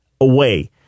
away